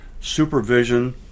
supervision